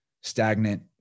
stagnant